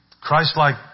Christ-like